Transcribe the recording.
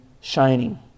shining